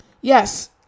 yes